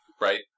Right